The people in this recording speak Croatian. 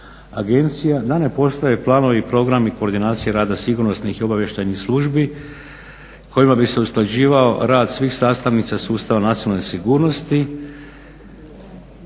agencija, da ne postoje planovi i programi koordinacije rada sigurnosnih i obavještajnih službi kojima bi se usklađivao rad svih sastavnica sustava nacionalne sigurnosti.